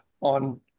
on